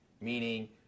meaning